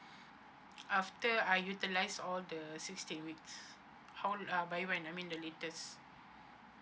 after I utilize all the sixteen weeks how uh by when I mean the latest